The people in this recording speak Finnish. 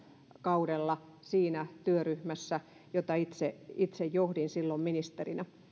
kaudella siinä työryhmässä jota itse itse johdin silloin ministerinä